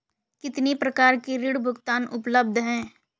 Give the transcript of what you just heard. कितनी प्रकार के ऋण भुगतान उपलब्ध हैं?